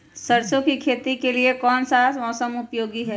सरसो की खेती के लिए कौन सा मौसम उपयोगी है?